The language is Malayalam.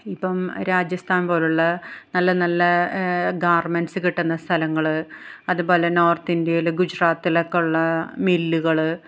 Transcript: ഇപ്പം രാജസ്ഥാന് പോലെ ഉള്ള നല്ല നല്ല ഗാര്മെന്റ്സ് കിട്ടുന്ന സ്ഥലങ്ങൾ അതുപോലെ നോര്ത്ത് ഇന്ത്യയിൽ ഗുജറാത്തിൽ ഒക്കെ ഉള്ള മില്ലുകൾ